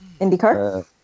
IndyCar